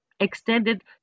extended